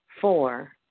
Four